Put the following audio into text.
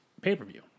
pay-per-view